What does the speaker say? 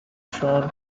swan